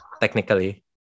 technically